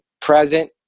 present